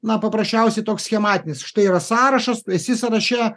na paprasčiausiai toks schematinis štai yra sąrašas tu esi sąraše